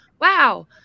wow